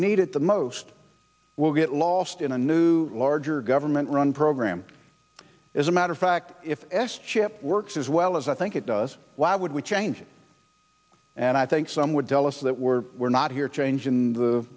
need it the most will get lost in a new larger government run program as a matter of fact if s chip works as well as i think it does why would we change and i think some would tell us that we're we're not here change in the